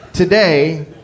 Today